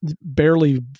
barely